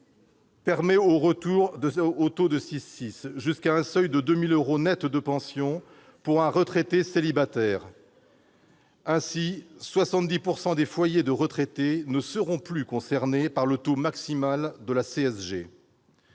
permet un retour au taux de 6,6 % jusqu'à 2 000 euros nets de pension pour un retraité célibataire. Ainsi, 70 % des foyers de retraités ne seront plus concernés par le taux maximal de la CSG.